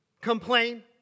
complain